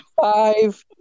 Five